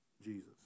jesus